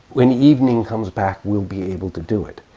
when evening comes back we'll be able to do it.